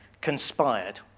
conspired